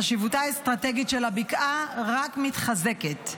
חשיבותה האסטרטגית של הבקעה רק מתחזקת.